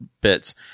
bits